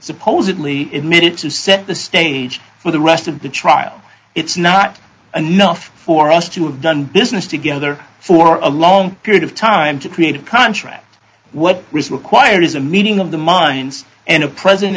supposedly admitted to set the stage for the rest of the trial it's not a nuff for us to have done business together for a long period of time to create a contract what risk required is a meeting of the minds and a present